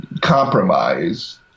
Compromise